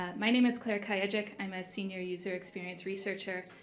um my name is claire kayacik. i'm a senior user experience researcher.